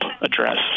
address